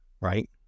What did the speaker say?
right